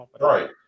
right